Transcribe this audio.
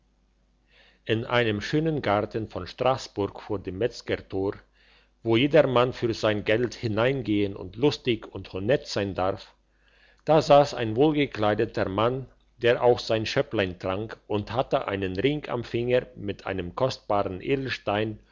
in einem schönen garten vor strassburg vor dem metzgertor wo jedermann für sein geld hineingehen und lustig und honett sein darf da sass ein wohlgekleideter mann der auch sein schöpplein trank und hatte einen ring am finger mit einem kostbaren edelstein